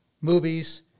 movies